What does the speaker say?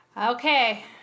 Okay